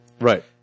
Right